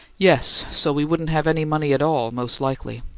yes so we wouldn't have any money at all, most likely.